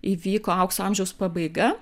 įvyko aukso amžiaus pabaiga